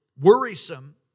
worrisome